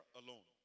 alone